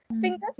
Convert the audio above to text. Fingers